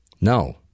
No